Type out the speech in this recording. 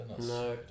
no